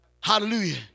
Hallelujah